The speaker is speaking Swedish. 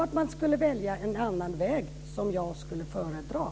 Jag skulle föredra att man väljer en annan väg.